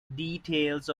details